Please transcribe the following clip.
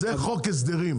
זה חוק הסדרים,